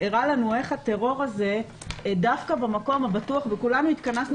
הראה לנו איך הטרור הזה דווקא במקום הבטוח וכולנו התכנסנו